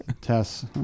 Tess